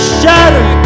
shatter